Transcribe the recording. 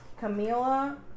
Camila